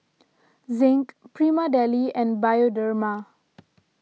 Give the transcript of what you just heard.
Zinc Prima Deli and Bioderma